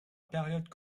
période